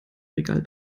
regal